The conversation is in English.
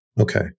Okay